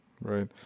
right